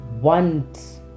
want